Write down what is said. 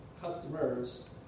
customers